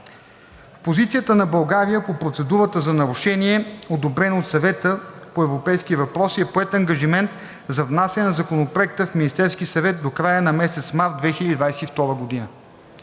В позицията на България по процедурата за нарушение, одобрена от Съвета по европейски въпроси, е поет ангажимент за внасяне на Законопроекта в Министерския съвет до края на месец март 2022 г.